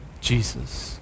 Jesus